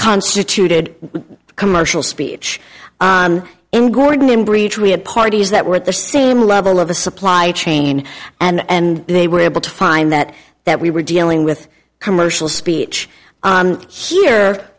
constituted commercial speech in gordon in breach we had parties that were at the same level of the supply chain and they were able to find that that we were dealing with commercial speech and here